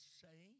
say